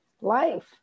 life